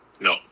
No